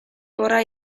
pora